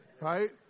Right